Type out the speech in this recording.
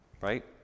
right